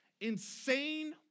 insane